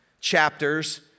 chapters